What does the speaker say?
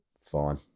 fine